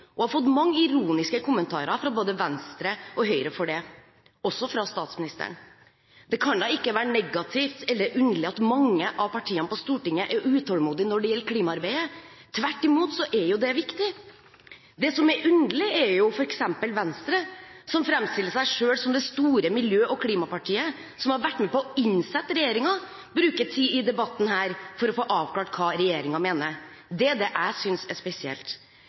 har fått mange ironiske kommentarer fra både Venstre og Høyre for det, også fra statsministeren. Det kan da ikke være negativt eller underlig at mange av partiene på Stortinget er utålmodige når det gjelder klimaarbeidet. Tvert imot er det jo viktig. Det som er underlig er at f.eks. Venstre, som framstiller seg selv som det store miljø- og klimapartiet, som har vært med på å innsette regjeringen, bruker tid i denne debatten på å få avklart hva regjeringen mener. Det er det jeg synes er spesielt.